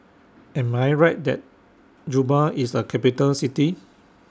Am I Right that Juba IS A Capital City